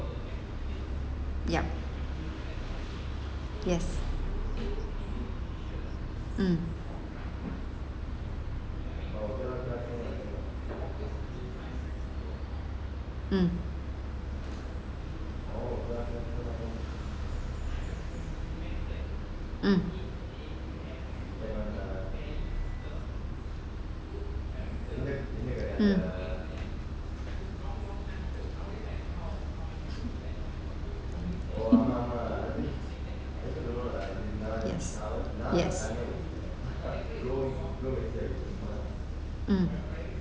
mm mm mm mm yes mm